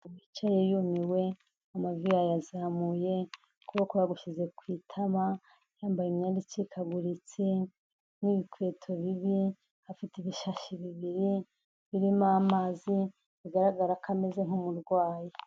Yicaye yumiwe amavi ya yazamuye, ukuboko yagushyize ku itama, yambaye imyenda icikaguritse n'ibikweto bibi, afite ibishashi bibiri, birimo amazi. bigaragara ko ameze nk'umurwayi.